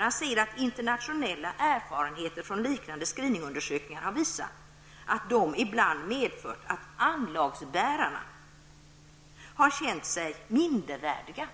Han säger att internationella erfarenheter från liknande screeningundersökningar visar att dessa ibland medfört att anlagsbärarna känt sig mindervärdiga,